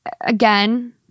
again